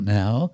now